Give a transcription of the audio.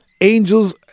angels